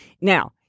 Now